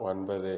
ஒன்பது